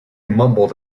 mumbled